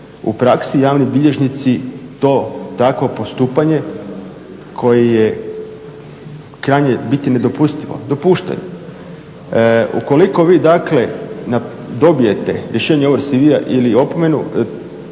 u praksi. Javni bilježnici to takvo postupanje koje je krajnje u biti nedopustivo, dopušteno. Ukoliko vi dakle dobijete rješenje o … ili opomenu,